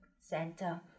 center